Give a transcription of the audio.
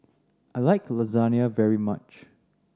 I like Lasagne very much